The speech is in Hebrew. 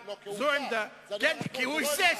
כי הוא היסס.